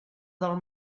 del